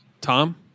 Tom